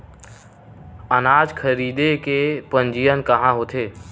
अनाज खरीदे के पंजीयन कहां होथे?